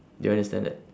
do you understand that